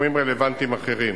ובתחומים רלוונטיים אחרים.